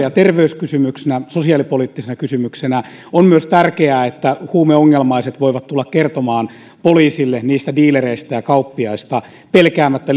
ja terveyskysymyksenä sosiaalipoliittisena kysymyksenä on myös tärkeää että huumeongelmaiset voivat tulla kertomaan poliisille diilereistä ja kauppiaista pelkäämättä